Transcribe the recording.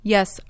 Yes